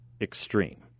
extreme